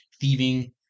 thieving